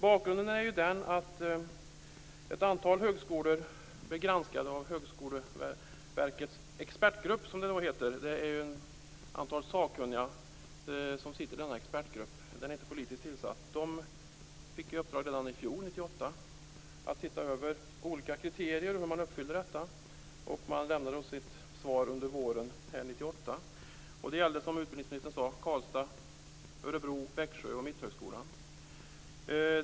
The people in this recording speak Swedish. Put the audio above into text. Bakgrunden är ju att ett antal högskolor blev granskade av Högskoleverkets expertgrupp, som det heter. Det är ett antal sakkunniga som sitter i denna expertgrupp. Den är inte politiskt tillsatt. Den fick i uppdrag redan i fjol, 1998, att se över olika kriterier och hur dessa uppfylls. Man lämnade sitt svar under våren 1998. Det gällde, som utbildningsministern sade, Karlstad, Örebro, Växjö och Mitthögskolan.